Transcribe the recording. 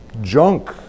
junk